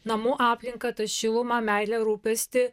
namų aplinką tą šilumą meilę rūpestį